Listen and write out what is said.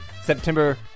September